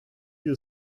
you